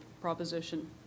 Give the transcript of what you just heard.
proposition